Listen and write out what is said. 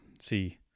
see